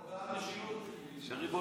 אתה לא בעד משילות וריבונות?